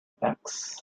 backs